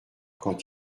quand